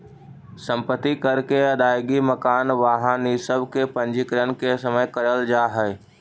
सम्पत्ति कर के अदायगी मकान, वाहन इ सब के पंजीकरण के समय करल जाऽ हई